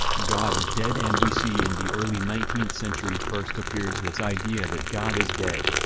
god is dead and we see in the early nineteenth century first appears this idea that god is dead.